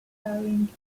carrying